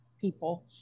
people